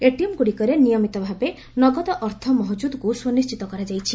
ATM ଗୁଡିକରେ ନିୟମିତଭାବେ ନଗଦ ଅର୍ଥ ମହକୁଦ୍ ସୁନିଶ୍ଚିତ କରାଯାଇଛି